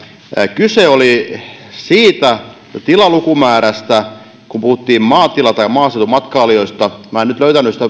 kyse oli siitä tilalukumäärästä kun puhuttiin maatila tai maaseutumatkailijoista minä en nyt löytänyt